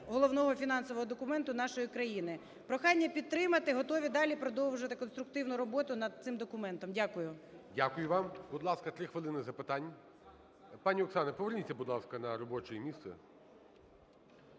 головного фінансового документу нашої країни. Прохання підтримати, готові далі продовжувати конструктивну роботу над цим документом. Дякую. ГОЛОВУЮЧИЙ. Дякую вам. Будь ласка, 3 хвилини запитань. Пані Оксано, поверніться, будь ласка, на робоче місце.